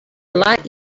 lot